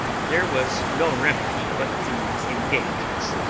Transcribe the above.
there was no remedy but to engage us,